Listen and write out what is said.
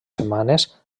setmanes